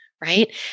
right